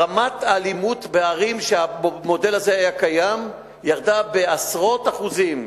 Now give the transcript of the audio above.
רמת האלימות בערים שבהן המודל הזה היה קיים ירדה בעשרות אחוזים,